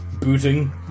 booting